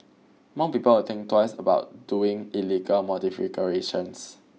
more people will think twice about doing illegal modifications